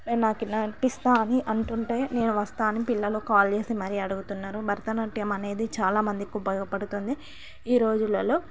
నాకిలా అనిపిస్త అని అంటుంటే నేను వస్తాను పిల్లలు కాల్ చేసి మరి అడుగుతున్నాను భరతనాట్యం అనేది చాలామందికి ఉపయోగపడుతుంది ఈరోజులలో